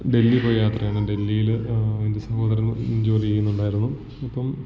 ഡെല്ലി പോയ യാത്രയാണ് ഡെല്ലിയിൽ എൻ്റെ സഹോദരൻ ജോലി ചെയ്യുന്നുണ്ടായിരുന്നു അപ്പം